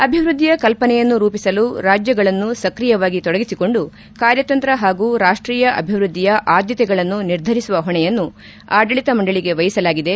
ಅಭಿವೃದ್ಧಿಯ ಕಲ್ಪನೆಯನ್ನು ರೂಪಿಸಲು ರಾಜ್ಯಗಳನ್ನು ಸ್ತ್ರಿಯವಾಗಿ ತೊಡಗಿಸಿಕೊಂಡು ಕಾರ್ಯತಂತ್ರ ಹಾಗೂ ರಾಷ್ಟೀಯ ಅಭಿವೃದ್ಧಿಯ ಆದ್ಯತೆಗಳನ್ನು ನಿರ್ಧರಿಸುವ ಹೊಣೆಯನ್ನು ಆಡಳಿತ ಮಂಡಳಿಗೆ ವಹಿಸಲಾಗಿದೆ